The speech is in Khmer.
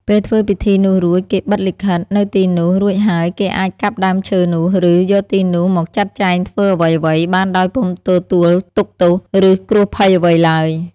ពេលធ្វើពិធីនោះរួច គេបិទលិខិត នៅទីនោះ រួចហើយគេអាចកាប់ដើមឈើនោះ ឬ យកទីនោះមកចាត់ចែងធ្វើអ្វីៗ បានដោយពុំទទួលទុក្ខទោស ឬ គ្រោះភ័យអ្វីឡើយ។